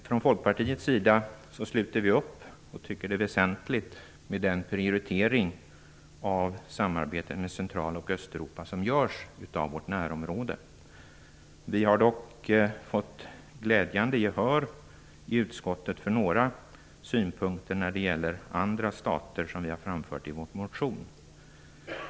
Från Folkpartiets sida sluter vi upp bakom och tycker att det är väsentligt med prioriteringen av samarbetet med Central och Östeuropa i vårt närområde. Vi har dock fått glädjande nog gehör i utskottet för några synpunkter när det gäller andra stater som vi har framfört i vår motion.